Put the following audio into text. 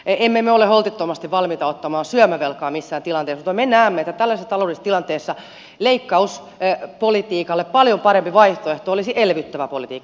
emme me ole holtittomasti valmiita ottamaan syömävelkaa missään tilanteessa mutta me näemme että tällaisessa taloudellisessa tilanteessa leikkauspolitiikalle paljon parempi vaihtoehto olisi elvyttävä politiikka